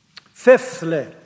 Fifthly